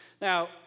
Now